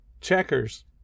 checkers